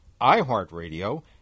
iHeartRadio